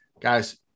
guys